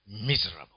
miserable